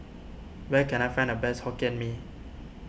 when can I find the best Hokkien Mee